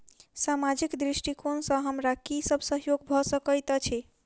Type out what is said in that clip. सामाजिक दृष्टिकोण सँ हमरा की सब सहयोग भऽ सकैत अछि?